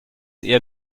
eher